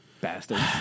Bastard